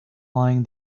lying